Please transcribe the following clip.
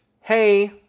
Hey